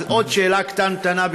עוד שאלה קטנטנה,